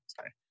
Sorry